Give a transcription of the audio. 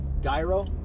Gyro